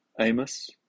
Amos